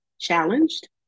challenged